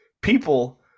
people